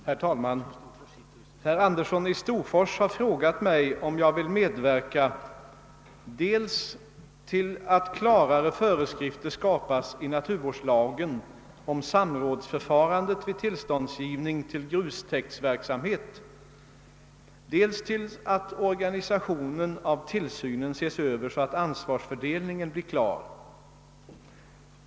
Herr talman! Herr Andersson i Storfors har frågat mig om jag vill medverka dels till att klarare föreskrifter skapas i naturvårdslagen om samrådsförfarandet vid tillståndsgivning till grustäktsverksamhet, dels till att organisationen av tillsynen ses över så att ansvarsfördelningen blir klar.